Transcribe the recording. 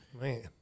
Man